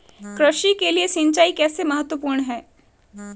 कृषि के लिए सिंचाई कैसे महत्वपूर्ण है?